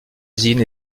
usine